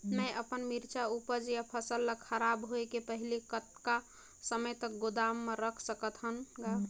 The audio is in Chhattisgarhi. मैं अपन मिरचा ऊपज या फसल ला खराब होय के पहेली कतका समय तक गोदाम म रख सकथ हान ग?